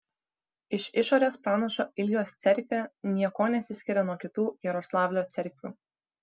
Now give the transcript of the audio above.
iš išorės pranašo iljos cerkvė niekuo nesiskiria nuo kitų jaroslavlio cerkvių